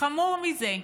חמור מזה,